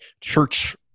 church